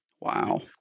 Wow